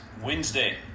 Wednesday